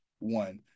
one